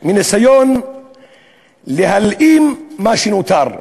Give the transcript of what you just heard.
מניסיון להלאים מה שנותר.